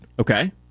Okay